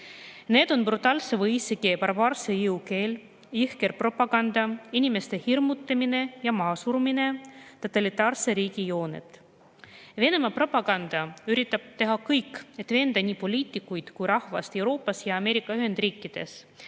Need on brutaalse või isegi barbaarse jõu keel, jõhker propaganda, inimeste hirmutamine ja mahasurumine, totalitaarse riigi jooned. Venemaa propaganda üritab teha kõik, et veenda nii poliitikuid kui ka rahvast Euroopas ja Ameerika Ühendriikides